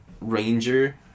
ranger